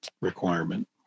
requirement